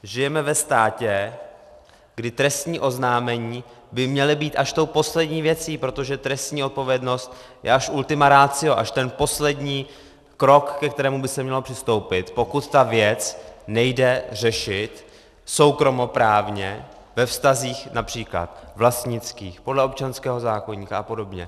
Žijeme ve státě, kdy trestní oznámení by měla být až tou poslední věcí, protože trestní odpovědnost je až ultima ratio, až ten poslední krok, ke kterému by se mělo přistoupit, pokud ta věc nejde řešit soukromoprávně ve vztazích např. vlastnických, podle občanského zákoníku apod.